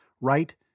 right